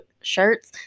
shirts